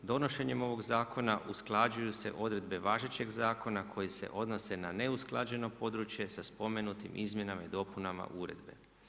Donošenjem ovog zakona usklađuju se odredbe važećeg zakona koje se odnose na neusklađeno područje sa spomenutim izmjenama i dopunama uredbe.